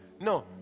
No